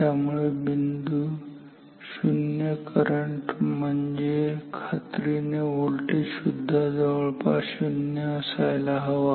त्यामुळे बिंदू 0 करंट म्हणजे खात्रीने व्होल्टेज सुद्धा शुन्य असायला हवा